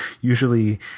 usually